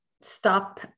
stop